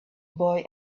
boy